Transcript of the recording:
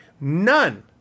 None